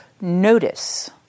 notice